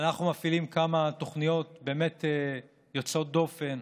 אנחנו מפעילים כמה תוכניות באמת יוצאות דופן.